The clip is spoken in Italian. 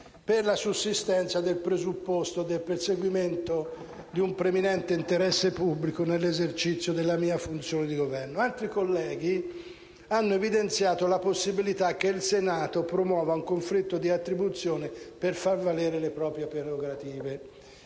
per la sussistenza del presupposto del perseguimento di un preminente interesse pubblico nell'esercizio della mia funzione di Governo. Altri colleghi hanno evidenziato la possibilità che il Senato promuova un conflitto di attribuzione per far valere le proprie prerogative.